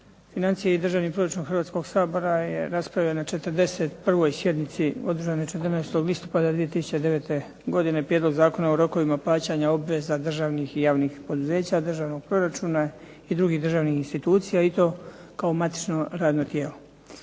financije i državni proračun Hrvatskog sabora je raspravio na 41. sjednici održanoj 14. listopada 2009. godine Prijedlog zakona o rokovima plaćanja obveza državnih i javnih poduzeća, državnog proračuna i drugih državnih institucija i to kao matično radno tijelo.